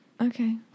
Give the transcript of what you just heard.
okay